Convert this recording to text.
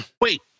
Wait